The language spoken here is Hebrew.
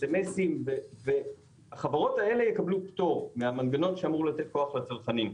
מסרונים והחברות האלה יקבלו פטור מהמנגנון שאמור לתת כוח לצרכנים.